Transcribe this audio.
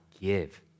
give